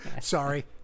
Sorry